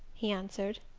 he answered.